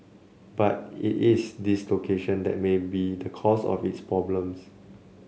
but it is this location that may be the cause of its problems